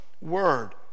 Word